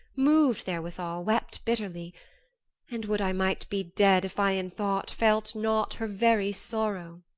moved therewithal, wept bitterly and would i might be dead if i in thought felt not her very sorrow.